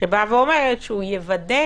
שאומרת שהוא יוודא